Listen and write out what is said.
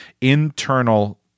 internal